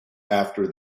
after